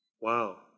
Wow